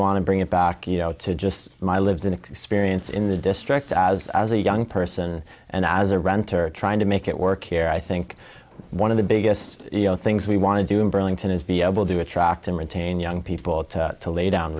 want to bring it back you know to just my lived experience in the district as as a young person and as a renter trying to make it work here i think one of the biggest things we want to do in burlington is be able to attract and retain young people to lay down